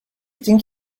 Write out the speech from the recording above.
think